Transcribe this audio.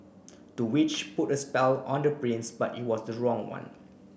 the witch put a spell on the prince but it was the wrong one